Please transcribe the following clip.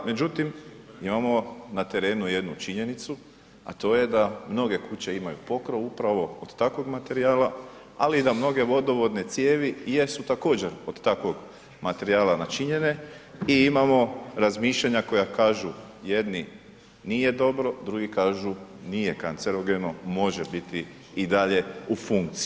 Međutim, imamo na terenu jednu činjenicu, a to je da mnoge kuće imaju pokrov upravo od takvog materijala, ali i da mnoge vodovodne cijevi jesu također od takvog materijala načinjene i imamo razmišljanja koja kažu jedni nije dobro, drugi kažu nije kancerogeno, može biti i dalje u funkciji.